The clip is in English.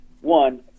one